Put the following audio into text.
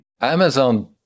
Amazon